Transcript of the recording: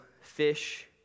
fish